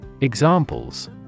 Examples